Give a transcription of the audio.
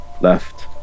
Left